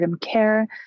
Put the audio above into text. care